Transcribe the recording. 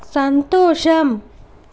సంతోషం